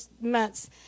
months